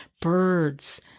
birds